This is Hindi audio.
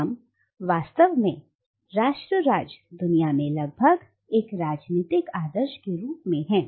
अब वास्तव में राष्ट्र राज्य दुनिया में लगभग एक राजनीतिक आदर्श के रूप में हैं